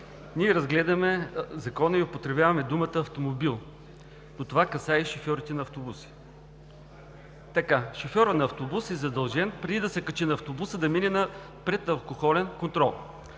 Ние разглеждаме Закона и употребяваме думата „автомобил“, но това касае и шофьорите на автобуси. Шофьорът на автобус е задължен преди да се качи на автобуса да мине на предалкохолен контрол.